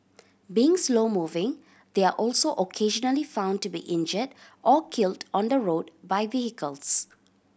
being slow moving they are also occasionally found to be injured or killed on the road by vehicles